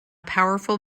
powerful